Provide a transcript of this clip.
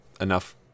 enough